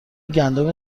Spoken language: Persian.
گندم